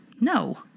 No